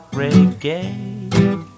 reggae